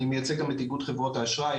אני מייצג גם את איגוד חברות האשראי,